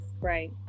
right